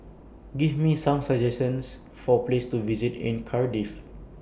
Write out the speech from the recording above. Give Me Some suggestions For Places to visit in Cardiff